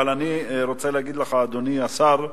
אבל אני רוצה להגיד לך, אדוני השר,